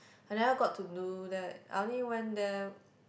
I never got to do that I only went there